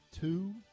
two